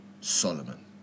Solomon